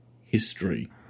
history